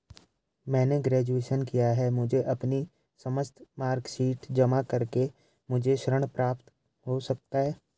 मैंने ग्रेजुएशन किया है मुझे अपनी समस्त मार्कशीट जमा करके मुझे ऋण प्राप्त हो सकता है?